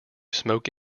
smoke